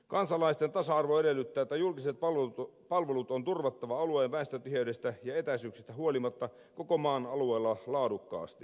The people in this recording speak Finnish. kansalaisten tasa arvo edellyttää että julkiset palvelut on turvattava alueen väestötiheydestä ja etäisyyksistä huolimatta koko maan alueella laadukkaasti